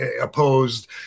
opposed